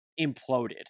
imploded